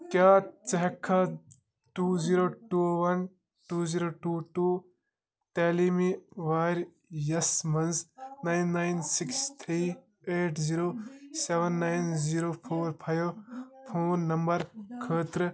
کیٛاہ ژٕ ہیٚکہِ کھا two zero two one two zero two two تعلیٖمی ؤرۍ یَس منٛز nine nine six three eight zero seven nine zero four five phone number خٲطرٕ